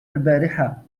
البارحة